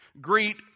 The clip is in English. Greet